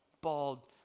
bald